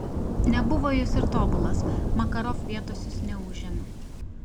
nebuvo jis ir tobulas makarov vietos jis neužėmė